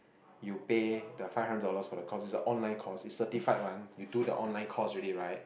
you pay the five hundred dollars for the course is a online course is certified one you do the online course already right